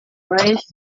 báez